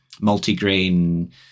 multi-grain